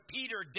Peter